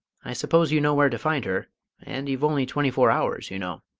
i suppose you know where to find her and you've only twenty-four hours, you know.